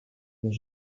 dans